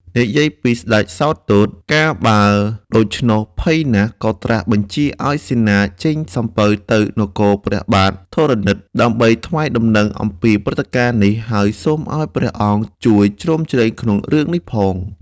និយាយពីស្តេចសោទត្ត កាលបើដូច្នោះភ័យណាស់ក៏ត្រាស់បញ្ជាឲ្យសេនាចេញសំពៅទៅនគរព្រះបាទធរណិត ដើម្បីថ្វាយដំណឹងអំពីព្រឹត្តិការណ៍នេះ ហើយសូមឲ្យព្រះអង្គជួយជ្រោមជ្រែងក្នុងរឿងនេះផង។